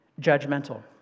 judgmental